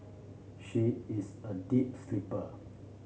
she is a deep sleeper